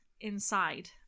inside